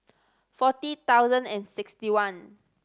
forty thousand and sixty one